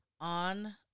on